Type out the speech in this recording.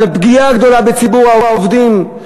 על פגיעה גדולה בציבור העובדים,